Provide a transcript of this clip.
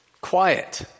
quiet